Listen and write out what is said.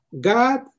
God